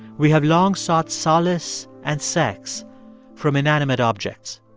we have long sought solace and sex from inanimate objects